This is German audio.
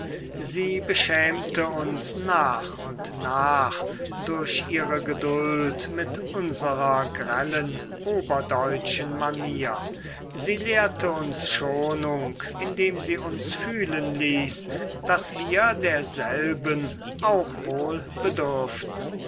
sie beschämte uns nach und nach durch ihre geduld mit unserer grellen oberdeutschen manier sie lehrte uns schonung indem sie uns fühlen ließ daß wir derselben auch wohl bedürften